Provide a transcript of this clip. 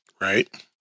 Right